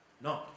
no